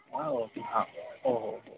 हा ओके हो हो हो